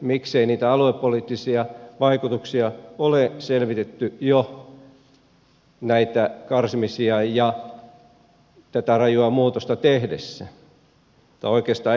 miksei niitä aluepoliittisia vaikutuksia ole selvitetty jo näitä karsimisia ja tätä rajua muutosta tehdessä tai oikeastaan ennen sitä